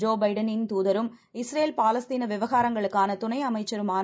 ஜோபைடனின்தூதரும்இஸ்ரேல் பாலஸ்தீனவிவகாரங்களுக்கானதுணைஅமைச்சருமானதிரு